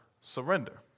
surrender